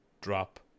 drop